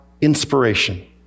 inspiration